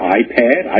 iPad